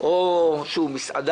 (תיקון),